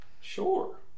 Sure